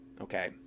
Okay